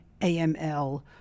AML